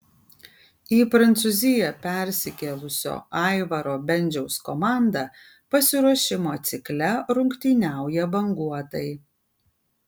į prancūziją persikėlusio aivaro bendžiaus komanda pasiruošimo cikle rungtyniauja banguotai